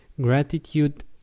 gratitude